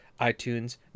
iTunes